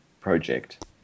project